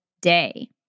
day